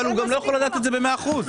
הוא גם לא יכול לדעת את זה ב-100 אחוזים.